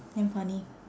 damn funny